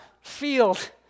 field